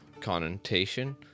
connotation